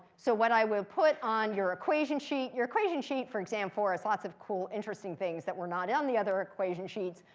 so what i will put on your equation sheet your equation sheet for exam four is lots of cool, interesting things that were not in the other equation sheets.